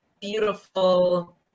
beautiful